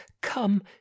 come